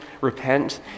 repent